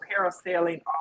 parasailing